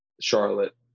Charlotte